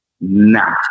nah